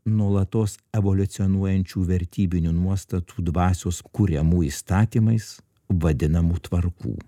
nuolatos evoliucionuojančių vertybinių nuostatų dvasios kuriamų įstatymais vadinamų tvarkų